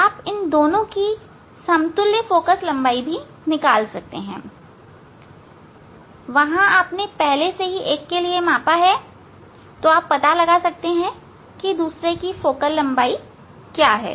आप इन दोनों की समतुल्य फोकल लंबाई भी निकाल सकते हैं वहां से आपने पहले से ही एक के लिए मापा है तो आप पता लगा सकते हैं कि दूसरे की फोकल लंबाई क्या है